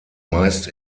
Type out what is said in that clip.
meist